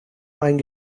einen